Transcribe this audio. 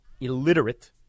illiterate